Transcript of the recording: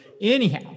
anyhow